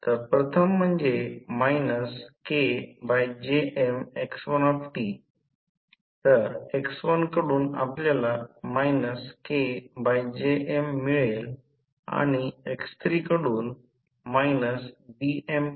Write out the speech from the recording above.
तर प्रथम म्हणजे KJmx1t तर x1 कडून आपल्याला KJm मिळेल आणि x3 कडून BmJm